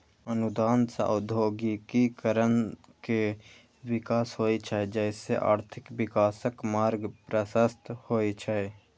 अनुदान सं औद्योगिकीकरण के विकास होइ छै, जइसे आर्थिक विकासक मार्ग प्रशस्त होइ छै